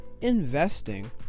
Investing